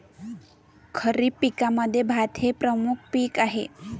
खरीप पिकांमध्ये भात हे एक प्रमुख पीक आहे